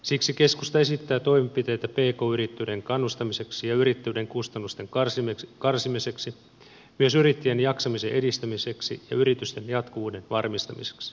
siksi keskusta esittää toimenpiteitä pk yrittäjyyden kannustamiseksi ja yrittäjyyden kustannusten karsimiseksi myös yrittäjien jaksamisen edistämiseksi ja yritysten jatkuvuuden varmistamiseksi